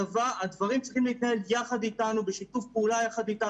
הדברים צריכים להתנהל בשיתוף פעולה איתנו.